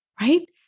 right